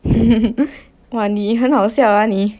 !wah! 你很好笑 ah 你